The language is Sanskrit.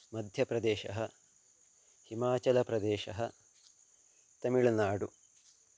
मध्यप्रदेशः हिमाचलप्रदेशः तमिळुनाडु